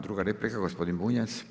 Druga replika gospodin Bunjac.